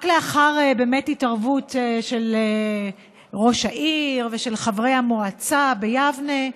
רק לאחר התערבות של ראש העיר ושל חברי המועצה ביבנה,